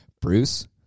Bruce